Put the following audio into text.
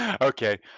okay